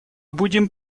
будем